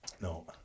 No